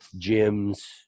gyms